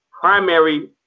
primary